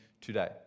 today